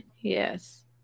Yes